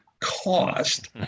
cost